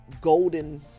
golden